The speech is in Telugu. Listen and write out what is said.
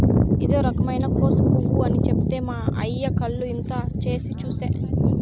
ఇదో రకమైన కోసు పువ్వు అని చెప్తే మా అయ్య కళ్ళు ఇంత చేసి చూసే